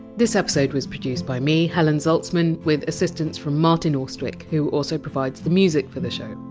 this episode was produced by me, helen zaltzman, with assistance from martin austwick, who also provides the music for the show.